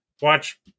Watch